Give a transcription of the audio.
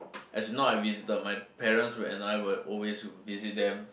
as not I visited my parents and I will always visit them